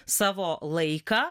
savo laiką